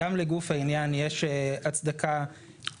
יש הצדקה